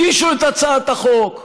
הגישו את הצעת החוק,